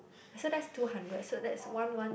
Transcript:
so that's two hundred so that's one one